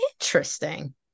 interesting